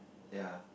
ya